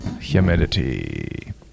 humidity